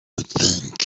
think